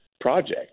project